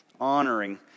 honoring